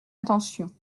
intention